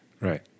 Right